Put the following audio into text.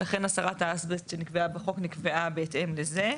ולכן הסרת האסבסט שנקבעה בחוק, נקבעה בהתאם לזה,